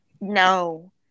no